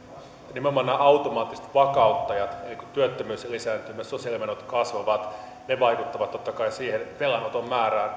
nimenomaan nämä automaattiset vakauttajat eli kun työttömyys lisääntyy ja sosiaalimenot kasvavat ne vaikuttavat totta kai siihen velanoton määrään